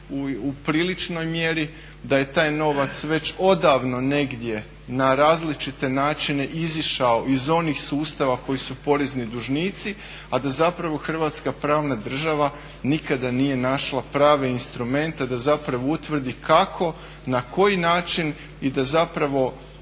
u priličnoj mjeri, da je taj novac već odavno negdje na različite načine izišao iz onih sustava koji su porezni dužnici, a da zapravo hrvatska pravna država nikada nije našla prave instrumente da zapravo utvrdi kako, na koji način i da zapravo